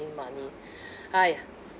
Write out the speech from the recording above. ~ning money !hais!